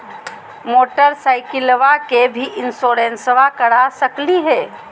मोटरसाइकिलबा के भी इंसोरेंसबा करा सकलीय है?